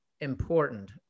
important